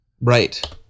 right